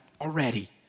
already